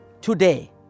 today